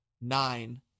nine